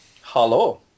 Hello